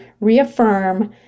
reaffirm